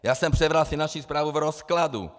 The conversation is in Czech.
Já jsem přebral Finanční správu v rozkladu.